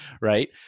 right